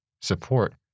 support